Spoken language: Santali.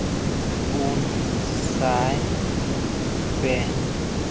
ᱯᱩᱱ ᱥᱟᱭ ᱯᱮ